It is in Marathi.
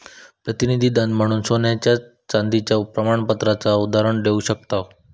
प्रतिनिधी धन म्हणून सोन्या चांदीच्या प्रमाणपत्राचा उदाहरण देव शकताव